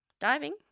Diving